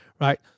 right